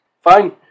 Fine